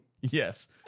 Yes